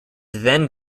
then